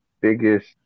biggest